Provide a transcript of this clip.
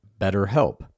BetterHelp